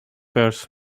purse